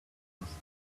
because